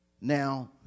Now